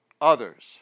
others